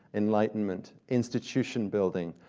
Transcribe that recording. enlightenment, institution building,